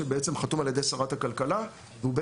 שבעצם חתום על ידי שרת הכלכלה וכרגע